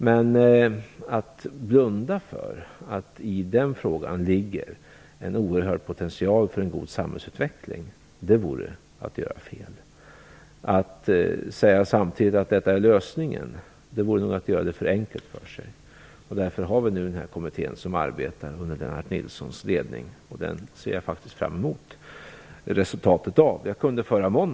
Men att blunda för att det i den frågan finns en oerhörd potential för en god samhällsutveckling vore fel. Att samtidigt säga att detta är lösningen vore nog att göra det för enkelt för sig. Därför har vi nu tillsatt den här kommittén, som arbetar under Lennart Nilssons ledning, och resultatet av det arbetet ser jag faktiskt fram emot.